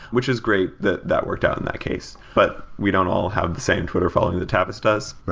which is great that that worked out in that case, but we don't all have the same twitter following that tavis does.